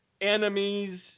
enemies